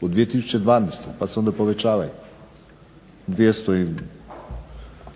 u 2012. pa se onda povećavaju 240,